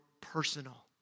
personal